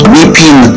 Weeping